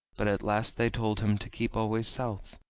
but at last they told him to keep always south,